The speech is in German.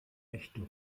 rechte